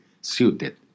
suited